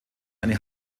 eine